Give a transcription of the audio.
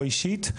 או אישית,